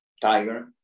Tiger